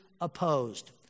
opposed